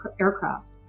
aircraft